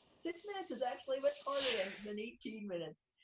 six minutes is actually much harder than than eighteen minutes.